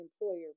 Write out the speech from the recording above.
employer